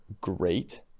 great